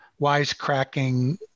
wisecracking